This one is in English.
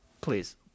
Please